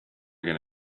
going